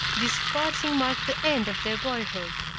this parting marked the end of their boyhood.